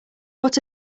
what